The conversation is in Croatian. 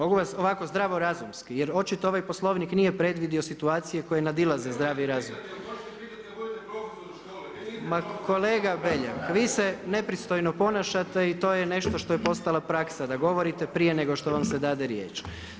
Ovako zdravo razumski jer očito ovaj Poslovnik nije predvidio situacije na koje nadilaze zdravi razum. … [[Upadica Beljak, ne razumije se.]] Ma kolega Beljak, vi se nepristojno ponašate i to je nešto što je postala praksa, da govorite prije nego što vam se dade riječ.